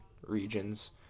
regions